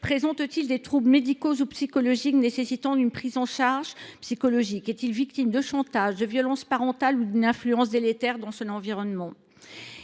Présente t il des troubles médicaux ou psychologiques nécessitant une prise en charge ? Est il victime de chantage, de violence parentale ou d’une influence délétère dans son environnement ?